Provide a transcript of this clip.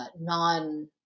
non